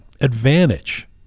advantage